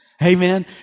Amen